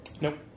Nope